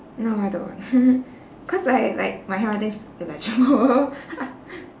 no I don't cause like like my handwriting's like jumbled